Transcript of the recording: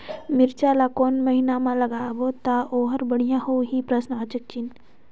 मिरचा ला कोन महीना मा लगाबो ता ओहार बेडिया होही?